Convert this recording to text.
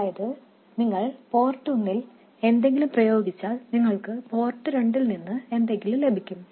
അതായത് നിങ്ങൾ പോർട്ട് ഒന്നിൽ എന്തെങ്കിലും പ്രയോഗിച്ചാൽ നിങ്ങൾക്ക് പോർട്ട് രണ്ടിൽ നിന്ന് എന്തെങ്കിലും ലഭിക്കും